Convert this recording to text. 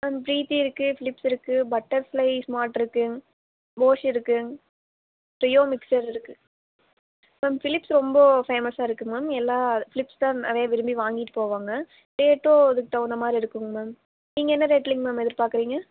ma'am Preethi இருக்கு Philips இருக்கு Butterfly smart இருக்குங்க போஸ் இருக்குங்க ட்ரியோ மிக்சர் இருக்கு மேம் பிளிப்ஸ் ரொம்ப ஃபேமஸாக இருக்கு மேம் எல்லா பிளிப்ஸ் தான் நிறைய விரும்பி வாங்கிட்டுப் போவாங்க ரேட்டும் அதுக்குத் தகுந்த மாதிரி இருக்குங்க மேம் நீங்கள் என்ன ரேட்லங்க மேம் எதிர்பார்க்குறீங்க